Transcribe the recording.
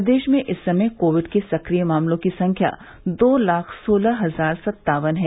प्रदेश में इस समय कोविड के सक्रिय मामलों की संख्या दो लाख सोलह हजार सत्तावन है